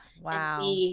wow